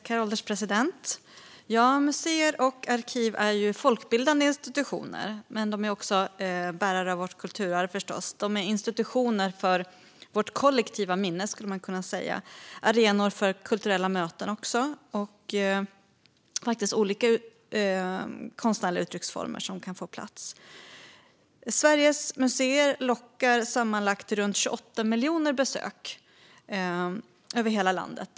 Herr ålderspresident! Museer och arkiv är folkbildande institutioner. De är också bärare av vårt kulturarv, institutioner för vårt kollektiva minne och arenor för kulturella möten och olika konstnärliga uttrycksformer. Ett vanligt år lockar Sveriges museer till sammanlagt runt 28 miljoner besök över hela landet.